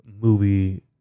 movie